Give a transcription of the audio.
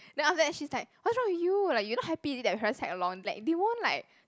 then after that she's like what's wrong with you like you not happy is it that my parents tag along like they won't like